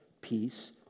peace